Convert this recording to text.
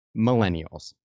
millennials